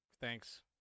Thanks